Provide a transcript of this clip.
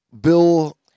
Bill